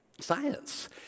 science